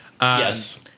Yes